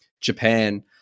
japan